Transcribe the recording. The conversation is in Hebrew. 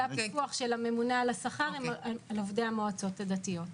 זה הוויכוח של הממונה על השכר על עובדי המועצות הדתיות.